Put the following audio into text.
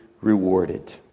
rewarded